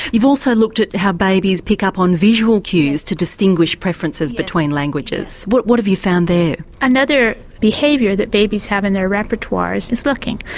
you've also looked at how babies pick up on visual cues to distinguish preferences between languages. what what have you found there? another behaviour that babies have in their repertoires is looking,